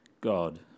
God